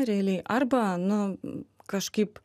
realiai arba nu kažkaip